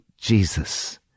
Jesus